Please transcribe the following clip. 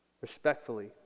respectfully